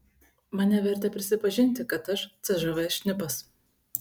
mane vertė prisipažinti kad aš cžv šnipas